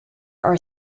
are